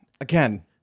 again